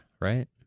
right